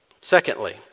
Secondly